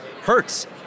hurts